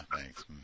thanks